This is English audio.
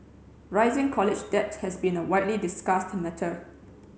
rising college debt has been a widely discussed matter